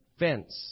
fence